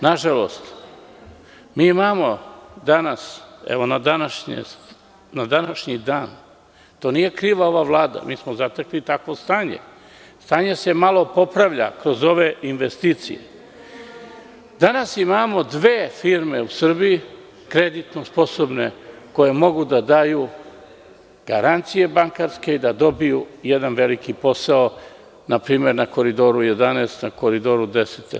Nažalost, mi imamo danas, na današnji rad, za to nije kriva ova Vlada, mi smo takvo stanje zatekli, stanje se malo popravlja kroz ove investicije, danas imamo dve firme u Srbiji kreditno sposobne, koje mogu da daju bankarske garancije i da dobiju jedan veliki posao, na primer na Koridoru 11, na Koridoru 10.